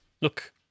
Look